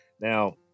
Now